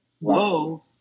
whoa